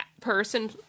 person